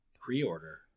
Pre-order